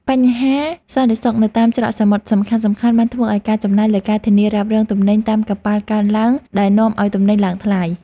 បញ្ហាសន្តិសុខនៅតាមច្រកសមុទ្រសំខាន់ៗបានធ្វើឱ្យការចំណាយលើការធានារ៉ាប់រងទំនិញតាមកប៉ាល់កើនឡើងដែលនាំឱ្យទំនិញឡើងថ្លៃ។